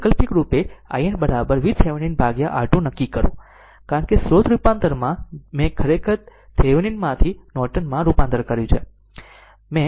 વૈકલ્પિક રૂપે i n VThevenin ભાગ્યા R2 નક્કી કરો કારણ કે સ્રોત રૂપાંતર મેં ખરેખર થેવેનિન થી નોર્ટન માં રૂપાંતર કર્યું છે